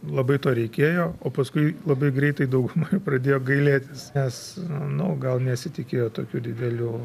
labai to reikėjo o paskui labai greitai dauguma jų pradėjo gailėtis nes nu gal nesitikėjo tokių didelių